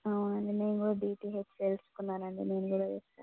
అవునండి నేను కూడా డిటిహెచే తెలుసుకున్నాను అండి నేను కూడా వేస్తాను